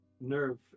nerve